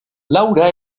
laura